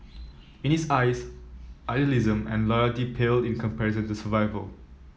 in his eyes idealism and loyalty paled in comparison to survival